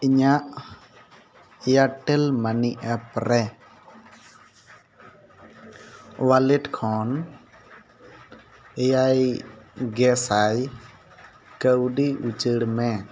ᱤᱧᱟᱹᱜ Airtel money ᱮᱯᱨᱮ wallet ᱠᱷᱚᱱ ᱮᱭᱟᱭ ᱜᱮᱥᱟᱭ ᱠᱟᱹᱣᱰᱤ ᱩᱪᱟᱹᱲ ᱢᱮ